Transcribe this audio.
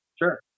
Sure